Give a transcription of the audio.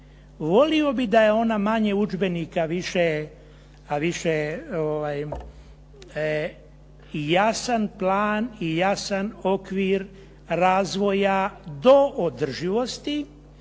Volio bih da je ona manje udžbenika a više jasan plan i jasan okvir razvoja do održivosti